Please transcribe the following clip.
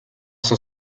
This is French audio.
cent